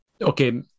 okay